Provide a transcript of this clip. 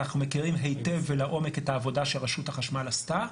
אנחנו מכירים היטב ולעומק את העבודה שרשות החשמל עשתה,